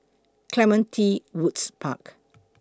Clementi Woods Park